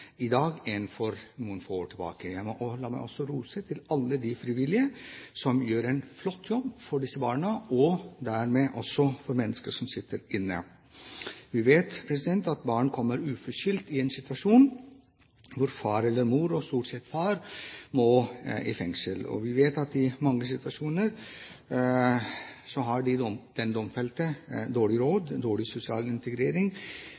i dag enn for noen få år tilbake. La meg også rose alle de frivillige som gjør en flott jobb for disse barna, og dermed også for mennesker som sitter inne. Vi vet at barn kommer uforskyldt i en situasjon der far eller mor – stort sett far – må i fengsel. Og vi vet at i mange situasjoner har den domfelte dårlig råd, er dårlig